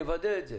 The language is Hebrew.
יוודא את זה.